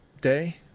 day